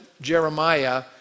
Jeremiah